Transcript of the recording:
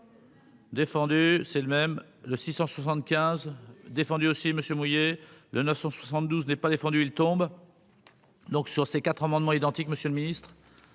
Défendu, c'est le même, le 675 défendu aussi monsieur mouiller le 972 n'est pas défendu, il tombe. Donc sur ces quatre amendements identiques. Le ministre,